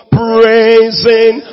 praising